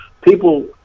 people